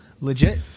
Legit